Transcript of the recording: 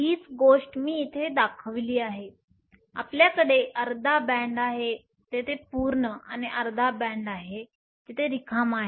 हीच गोष्ट मी इथे दाखवली आहे आपल्याकडे अर्धा बँड तेथे पूर्ण आहे आणि अर्धा बँड रिकामा आहे